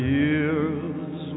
years